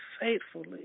faithfully